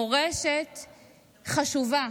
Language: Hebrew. מורשת חשובה,